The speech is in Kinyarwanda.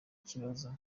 ikibazo